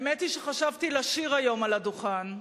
האמת היא שחשבתי לשיר היום על הדוכן,